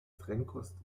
trennkost